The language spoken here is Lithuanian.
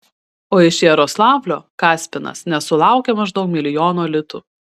o iš jaroslavlio kaspinas nesulaukė maždaug milijono litų